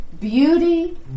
Beauty